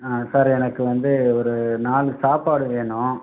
sir எனக்கு வந்து ஒரு நாலு சாப்பாடு வேணும்